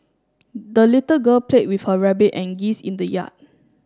the little girl played with her rabbit and geese in the yard